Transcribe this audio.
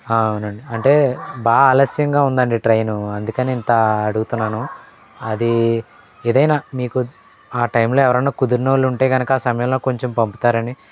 అవునండి అంటే బా ఆలస్యంగా ఉందండి ట్రైను అందుకనే ఇంత అడుగుతున్నాను అది ఏదైనా మీకు ఆ టైంలో ఎవరన్నా కుదిరిన వాళ్ళు ఉంటే కనుక ఆ సమయంలో కొంచెం పంపుతారని